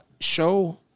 show